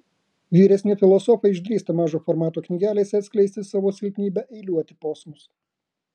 vyresni filosofai išdrįsta mažo formato knygelėse atskleisti savo silpnybę eiliuoti posmus